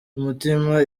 umutima